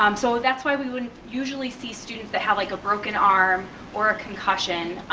um so that's why we would usually see students that have like a broken arm or a concussion,